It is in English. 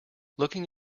looking